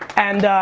and